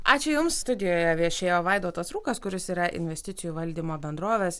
ačiū jums studijoje viešėjo vaidotas rūkas kuris yra investicijų valdymo bendrovės